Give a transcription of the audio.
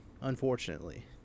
unfortunately